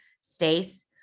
Stace